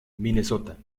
minnesota